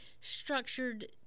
structured